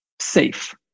safe